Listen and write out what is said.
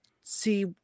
see